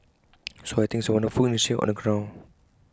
so I think it's A wonderful initiative on the ground